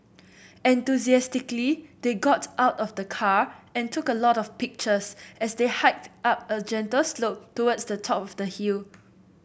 enthusiastically they got out of the car and took a lot of pictures as they hiked up a gentle slope towards the top of the hill